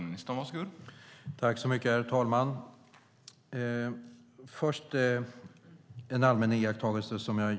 Herr talman!